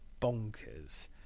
bonkers